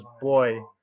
boy